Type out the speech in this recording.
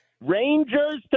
Rangers